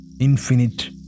infinite